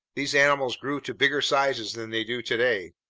these animals grew to bigger sizes than they do today.